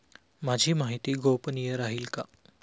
माझी माहिती गोपनीय राहील का?